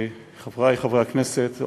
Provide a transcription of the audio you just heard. חברי חברי הכנסת,